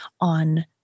on